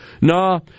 No